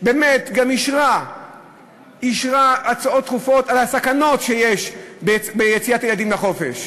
באמת גם אישרה הצעות דחופות על הסכנות שיש ביציאת ילדים לחופש.